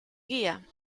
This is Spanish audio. guía